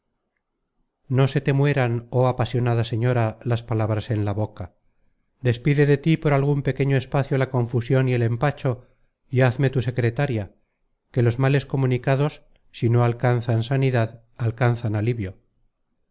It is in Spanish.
no se te mueran joh apasionada señora las palabras en la boca despide de tí por algun pequeño espacio la confusion y el empacho y hazme tu secretaria que los males comunicados si no alcanzan sanidad alcanzan alivio